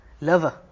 lover